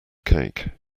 cake